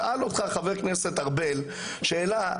שאל אותך חבר הכנסת ארבל שאלה,